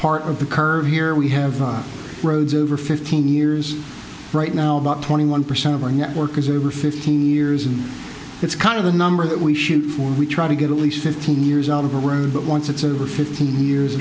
part of the curve here we have roads over fifteen years right now about twenty one percent of our network is over fifteen years and it's kind of the number that we shoot for and we try to get at least fifteen years out of the road but once it's over fifteen years